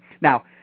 Now